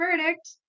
verdict